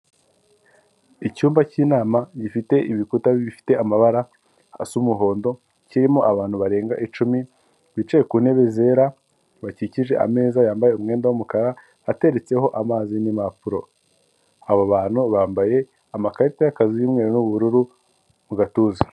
Icyumba c'yinama gifite ibikuta bifite amabara asa umuhondo; kirimo abantu barenga icumi bicaye ku ntebe zera, bakikije ameza yambaye umwenda w'umukara, ateretseho amazi n'impapuro. Abo bantu bambaye amakarita y'akazi y'umweru n'ubururu mu gatuza.